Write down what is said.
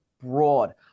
broad